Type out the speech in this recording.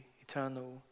eternal